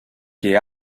que